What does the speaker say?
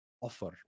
offer